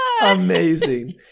Amazing